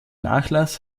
nachlass